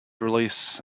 release